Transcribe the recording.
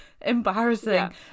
embarrassing